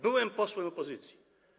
Byłem posłem opozycji.